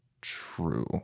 true